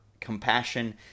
compassion